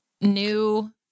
new